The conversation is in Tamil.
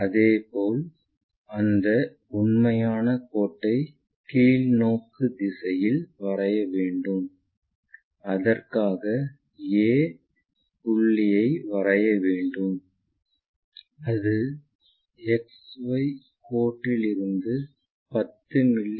அதேபோல் அந்த உண்மையான கோட்டை கீழ் நோக்கிய திசையில் வரைய வேண்டும் அதற்காக a புள்ளியை வரைய வேண்டும் அது XY கோட்டிலிருந்து 10 மி